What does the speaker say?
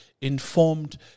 informed